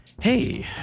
hey